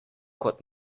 kot